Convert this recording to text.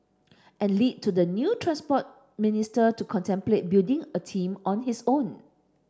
and led to the new Transport Minister to contemplate building a team on his own